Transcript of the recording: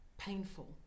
Painful